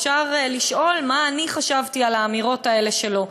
אפשר לשאול מה אני חשבתי על האמירות האלה שלו,